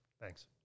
Thanks